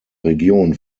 region